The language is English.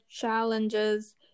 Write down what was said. challenges